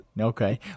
okay